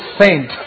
saint